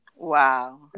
Wow